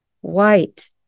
White